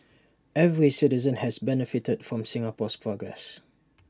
every citizen has benefited from Singapore's progress